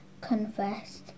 confessed